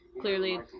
clearly